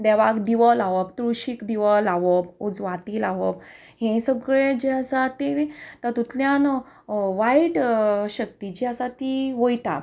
देवाक दिवो लावप तुळशीक दिवो लावप उजवाती लावप हें सगळें जें आसा तें तातुंतल्यान वायट शक्ती जी आसा ती वता